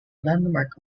landmark